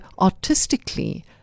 artistically